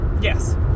Yes